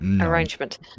arrangement